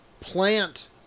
plant